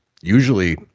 usually